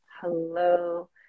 hello